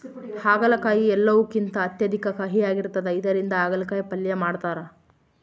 ಆಗಲಕಾಯಿ ಎಲ್ಲವುಕಿಂತ ಅತ್ಯಧಿಕ ಕಹಿಯಾಗಿರ್ತದ ಇದರಿಂದ ಅಗಲಕಾಯಿ ಪಲ್ಯ ಮಾಡತಾರ